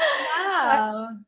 Wow